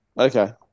Okay